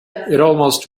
almost